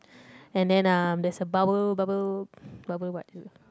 and then uh there's a bubble bubble bubble what uh